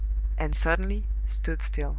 and suddenly stood still.